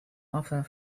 offer